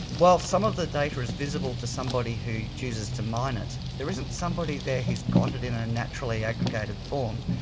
while some of the data is visible to somebody who chooses to mine it, there isn't somebody there who has got it in a naturally aggregated form.